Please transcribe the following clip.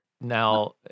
Now